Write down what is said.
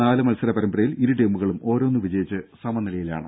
നാല് മത്സര പരമ്പരയിൽ ഇരു ടീമുകളും ഓരോന്ന് വിജയിച്ച് സമനിലയിലാണ്